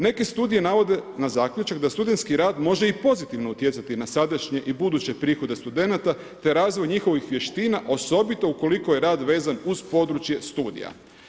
Neke studije navode na zaključak, da studentski rad, može i pozitivno utjecati na sadašnje i buduće prihode studenata te razvoj njihovih vještina, osobito ukoliko je rad vezan uz područje studija.